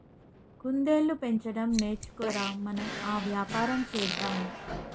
కుందేళ్లు పెంచడం నేర్చుకో ర, మనం ఆ వ్యాపారం చేద్దాం